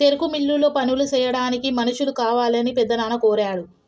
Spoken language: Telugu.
సెరుకు మిల్లులో పనులు సెయ్యాడానికి మనుషులు కావాలని పెద్దనాన్న కోరాడు